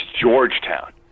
Georgetown